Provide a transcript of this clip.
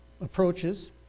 approaches